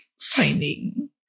finding